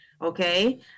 okay